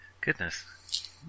Goodness